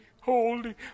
holy